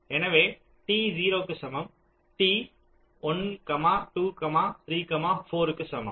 எனவே t 0 க்கு சமம் t 1 2 3 4 க்கு சமம்